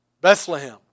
bethlehem